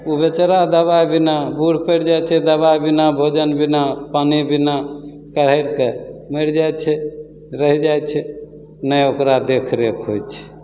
ओ बेचारा दवाइ बिना बूढ़ पड़ि जाइ छै दवाइ बिना भोजन बिना पानी बिना कुहरिके मरि जाइ छै रहि जाइ छै नहि ओकरा देखरेख होइ छै